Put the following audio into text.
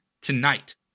tonight